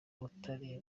utari